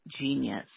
genius